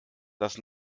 dass